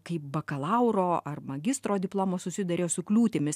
kaip bakalauro ar magistro diplomu susiduria su kliūtimis